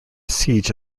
siege